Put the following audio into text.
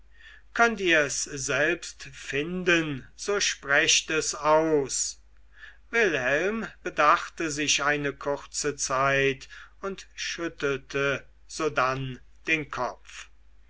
könnt ihr es selbst finden so sprecht es aus wilhelm bedachte sich eine kurze zeit und schüttelte sodann den kopf